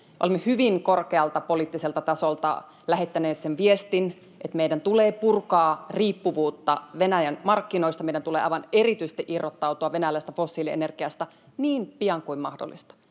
Olemme hyvin korkealta poliittiselta tasolta lähettäneet sen viestin, että meidän tulee purkaa riippuvuutta Venäjän markkinoista. Meidän tulee aivan erityisesti irrottautua venäläisestä fossiilienergiasta niin pian kuin mahdollista.